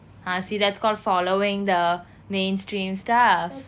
ah see that's called following the mainstream stuff